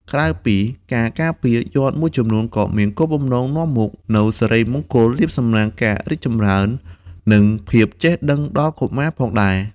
ក្រៅពីការការពារ យ័ន្តមួយចំនួនក៏មានគោលបំណងនាំមកនូវសិរីមង្គល លាភសំណាង ការរីកចម្រើន និងភាពចេះដឹងដល់កុមារផងដែរ។